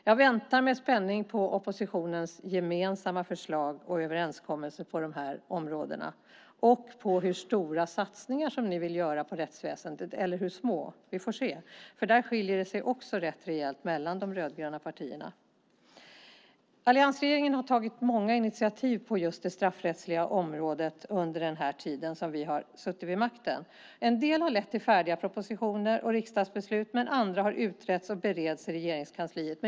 Jag väntar med spänning på oppositionens gemensamma förslag och överenskommelse på de här områdena och på hur stora, eller små, satsningar ni vill göra på rättsväsendet. Där skiljer det sig rätt rejält mellan de rödgröna partierna. Alliansregeringen har tagit många initiativ på det straffrättsliga området under den tid man har suttit vid makten. En del har lett till färdiga propositioner och riksdagsbeslut, andra har utretts och bereds i Regeringskansliet.